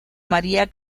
mariah